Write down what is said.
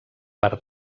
per